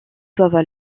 doivent